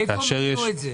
מאיפה מממנים את זה?